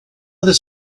this